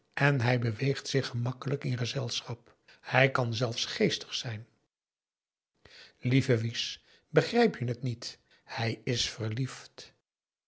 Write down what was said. en hij beweegt zich gemakkelijk in gezelschap hij kan zelfs geestig zijn lieve wies begrijp je het niet hij is verliefd